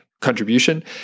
contribution